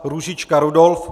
Růžička Rudolf